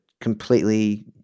completely